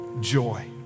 joy